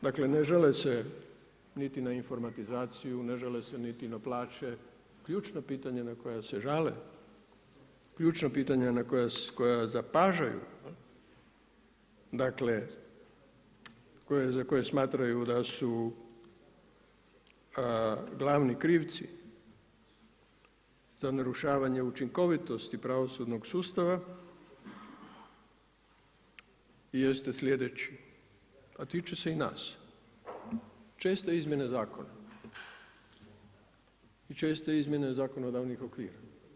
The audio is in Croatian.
D akle ne žale se niti na informatizaciju, ne žale se niti na plaće, ključna pitanja na koja se žale, ključna pitanja koja zapažaju, dakle za koje smatraju da su glavni krivci za narušavanje učinkovitosti pravosudnog sustava jeste sljedeći a tiče se i nas, česta izmjena zakona i česte izmjene zakonodavnih okvira.